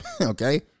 okay